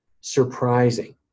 surprising